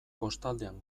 kostaldean